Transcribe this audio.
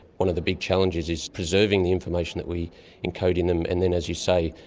one of the big challenges is preserving the information that we encode in them and then, as you say,